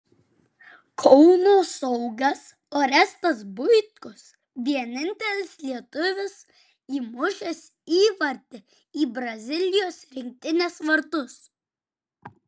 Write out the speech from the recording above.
kauno saugas orestas buitkus vienintelis lietuvis įmušęs įvartį į brazilijos rinktinės vartus